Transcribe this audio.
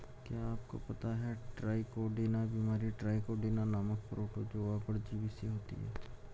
क्या आपको पता है ट्राइकोडीना बीमारी ट्राइकोडीना नामक प्रोटोजोआ परजीवी से होती है?